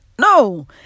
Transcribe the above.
No